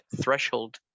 threshold